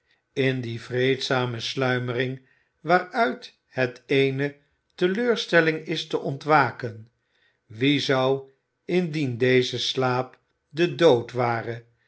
in die vreedzame sluimering waaruit het eene teleurstelling is te ontwaken wie zou indien deze slaap de dood ware